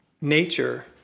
nature